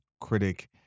critic